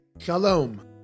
Shalom